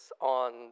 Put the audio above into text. on